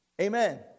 Amen